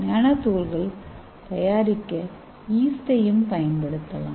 நானோதுகள்கள் தயாரிக்க ஈஸ்டையும் பயன்படுத்தலாம்